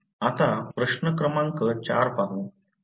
आता प्रश्न क्रमांक 4 पाहू